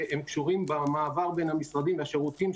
שקשורים במעבר בין המשרדים והשירותים,